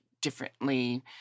differently